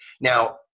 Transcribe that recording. Now